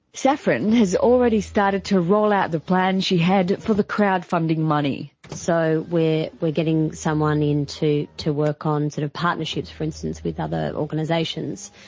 saffron has already started to roll out the plan she had for the crowdfunding money. so we're getting someone in to to work on sort of partnerships, for instance, with other organisations.